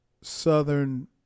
Southern